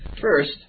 first